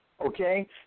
okay